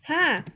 !huh!